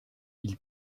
ils